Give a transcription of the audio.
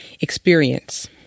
experience